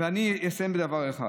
ואני אסיים בדבר אחד.